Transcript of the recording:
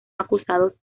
acusados